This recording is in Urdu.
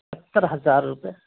ستّر ہزار روپے